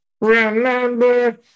Remember